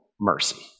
mercy